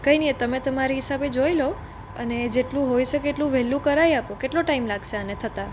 કંઇ નહીં તમે તમારી હિસાબે જોઈ લો અને જેટલું હોઇ શકે એટલું વહેલું કરાવી આપો કેટલો ટાઈમ લાગશે આને થતાં